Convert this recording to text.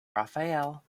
rafael